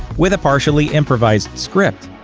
with a partially improvised script.